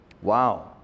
Wow